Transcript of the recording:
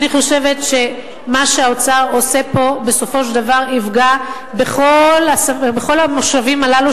אני חושבת שמה שהאוצר עושה פה בסופו של דבר יפגע בכל המושבים הללו,